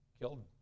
Killed